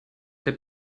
der